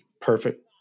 perfect